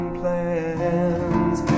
plans